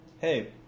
Hey